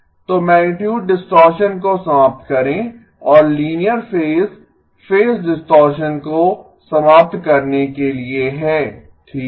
तो magnitude distortion को समाप्त करें और लीनियर फेज फेज डिस्टॉरशन को समाप्त करने के लिए है ठीक है